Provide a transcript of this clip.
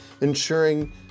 ensuring